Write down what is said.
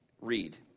read